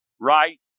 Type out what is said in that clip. right